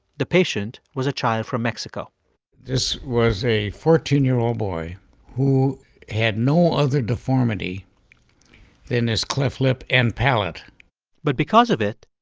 the patient was a child from mexico this was a fourteen year old boy who had no other deformity than his cleft lip and palate but because of it,